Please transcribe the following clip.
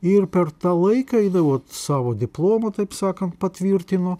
ir per tą laiką eidavo savo diplomą taip sakant patvirtino